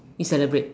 you celebrate